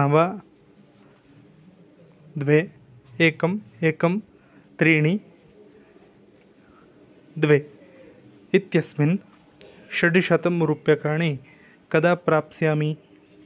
नव द्वे एकम् एकं त्रीणि द्वे इत्यस्मिन् षड्शतं रूप्यकाणि कदा प्राप्स्यामि